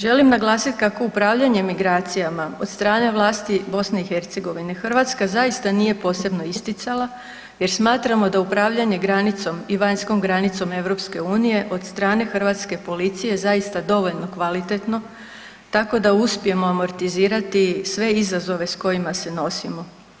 Želim naglasiti kako upravljanje migracijama od strane vlasti Bosne i Hercegovine Hrvatska zaista nije posebno isticala, jer smatramo da upravljanje granicom i vanjskom granicom EU od strane hrvatske policije zaista dovoljno kvalitetno, tako da uspijemo amortizirati sve izazove sa kojima se nosimo.